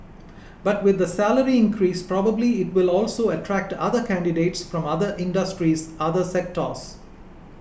but with the salary increase probably it will also attract other candidates from other industries other sectors